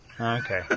Okay